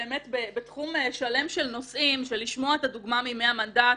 באמת בתחום שלם של נושאים של לשמוע את הדוגמה מימי המנדט,